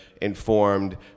informed